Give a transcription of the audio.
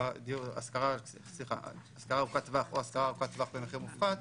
של השכרה ארוכת טווח או השכרה ארוכת טווח במחיר מופחת,